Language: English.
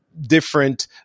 different